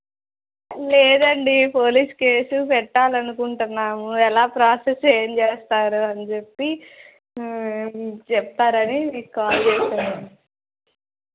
లేదండి police case పెట్టాలని అనుకుంటున్నాము ఎలా ప్రోసెస్ ఏమి చేస్తారు అని చెప్పి మీరు చెప్తారని మీకు కాల్ చేశాను